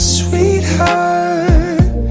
sweetheart